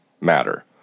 matter